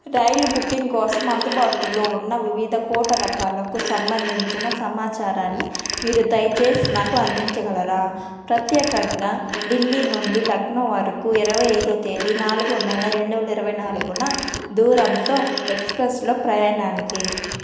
రైలు booking కోసం అందుబాటులో ఉన్న వివిధ కోటా రకాలకు సంబంధించిన సమాచారాన్ని మీరు దయచేసి నాకు అందించగలరా ప్రత్యేకంగా ఢిల్లీ నుండి లక్నో వరుకు ఇరవై ఐదవ తేదీ నాలుగో నెల రెండు వేల ఇరవై నాలుగున దూరంతో ఎక్స్ప్రెస్లో ప్రయాణానికి